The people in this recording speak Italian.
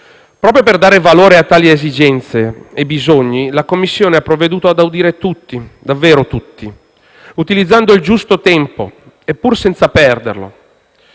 Proprio per dare valore a tali esigenze e bisogni, la Commissione ha provveduto ad audire tutti, davvero tutti, utilizzando il giusto tempo, ma senza perderlo.